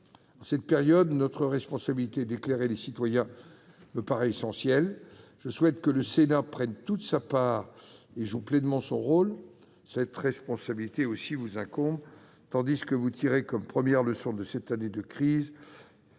En cette période, notre responsabilité d'éclairer les citoyens me paraît essentielle. Je souhaite que le Sénat prenne toute sa part dans cette tâche et joue pleinement son rôle. Cette responsabilité vous incombe également, tandis que vous tirez comme première leçon de cette année de crise,